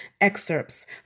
excerpts